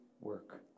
work